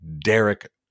Derek